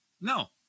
No